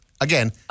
Again